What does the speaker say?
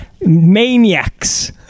maniacs